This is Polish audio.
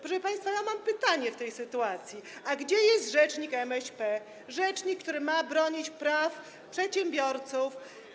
Proszę państwa, ja mam pytanie w tej sytuacji: A gdzie jest rzecznik MŚP, rzecznik, który ma bronić praw przedsiębiorców?